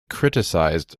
criticised